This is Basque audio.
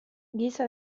giza